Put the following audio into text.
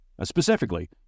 Specifically